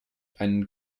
einen